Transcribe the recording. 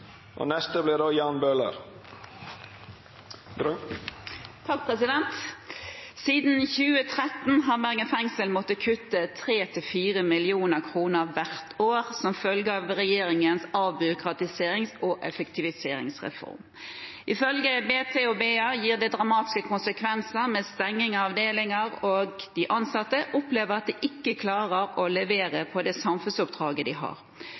neste spørjetime, då statsråden er bortreist. «Siden 2013 har Bergen fengsel måttet kutte 3–4 millioner kroner hvert år som følge av regjeringens avbyråkratiserings- og effektiviseringsreform. Ifølge BT og BA gir det dramatiske konsekvenser, med stenging av avdelinger, og de ansatte opplever at de ikke klarer å levere på det samfunnsoppdraget de har.